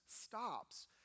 stops